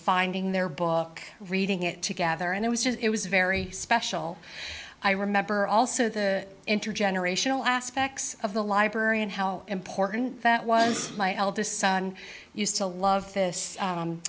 their book reading it together and it was just it was very special i remember also the intergenerational aspects of the library and how important that was my eldest son used to love this